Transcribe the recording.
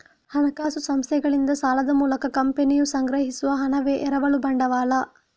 ಹಣಕಾಸು ಸಂಸ್ಥೆಗಳಿಂದ ಸಾಲದ ಮೂಲಕ ಕಂಪನಿಯು ಸಂಗ್ರಹಿಸುವ ಹಣವೇ ಎರವಲು ಬಂಡವಾಳ